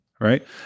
right